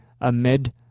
amid